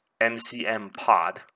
MCMPod